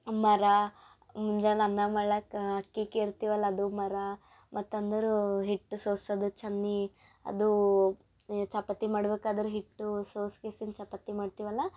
ಮೊರಾ ಮುಂಜನ್ ಅನ್ನ ಮಾಡ್ಲಾಕ್ ಅಕ್ಕಿ ಕೇರ್ತೀವಲ್ಲ ಅದು ಮೊರಾ ಮತ್ತು ಅಂದರೆ ಹಿಟ್ಟು ಸೋಸೋದು ಚೆನ್ನಿ ಅದೂ ಚಪಾತಿ ಮಾಡ್ಬೇಕಾದ್ರೆ ಹಿಟ್ಟು ಸೋಸಿ ಗೀಸಿದ್ದು ಚಪಾತಿ ಮಾಡ್ತೀವಲ್ಲ